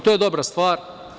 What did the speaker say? To je dobra stvar.